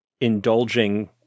indulging